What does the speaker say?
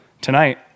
tonight